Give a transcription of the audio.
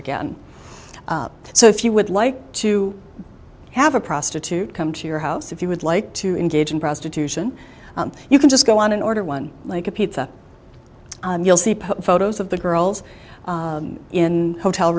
again so if you would like to have a prostitute come to your house if you would like to engage in prostitution you can just go on and order one like a pizza you'll see photos of the girls in hotel